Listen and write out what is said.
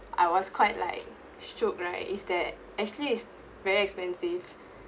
I was quite like sho~ shock right is that actually it's very expensive